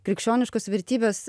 krikščioniškos vertybės